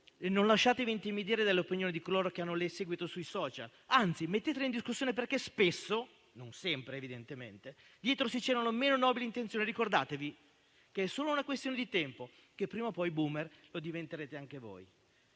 non lasciatevi intimidire dall'opinione di coloro seguiti sui *social*. Anzi, mettetele in discussione perché spesso - non sempre evidentemente - dietro si celano meno nobili intenzioni. Ricordatevi che è solo una questione di tempo e prima o poi *boomer* lo diventerete anche voi.